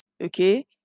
okay